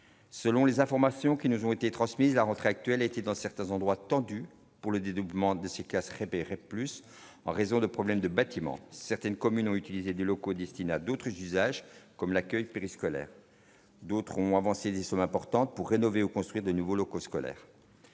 selon les informations qui nous ont été transmises la rentrée actuelle est-il dans certains endroits tendue pour les dédoublements de ces cas se révélerait plus en raison de problèmes de bâtiments, certaines communes ont utilisé des locaux destinés à d'autres usages comme l'accueil périscolaire, d'autres ont avancé des sommes importantes pour rénover ou construire de nouveaux locaux scolaires